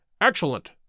Excellent